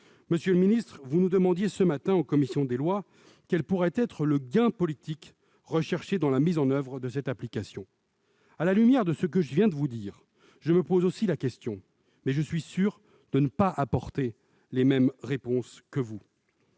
Monsieur le secrétaire d'État, vous nous demandiez ce matin en commission des lois quel pourrait être le gain politique recherché par la mise en oeuvre de cette application. À la lumière de ce que je viens de vous dire, je me pose également la question, mais je suis sûr que je n'y apporterais pas les mêmes réponses que vous.